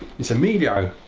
it's emilio.